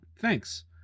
thanks